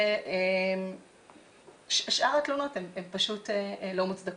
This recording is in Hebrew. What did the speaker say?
ושאר התלונות הן מוצדקות.